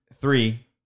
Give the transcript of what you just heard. three